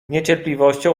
niecierpliwością